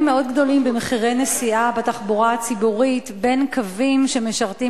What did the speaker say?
מאוד גדולים במחירי נסיעה בתחבורה הציבורית בין קווים שמשרתים